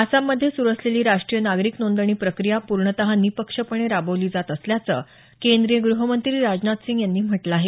आसाममध्ये सुरू असलेली राष्ट्रीय नागरिक नोंदणी प्रक्रिया पूर्णत निपक्षपणे राबवली जात असल्याचं केंद्रीय ग्रहमंत्री राजनाथसिंह यांनी म्हटलं आहे